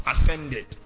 ascended